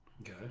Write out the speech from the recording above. Okay